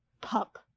pup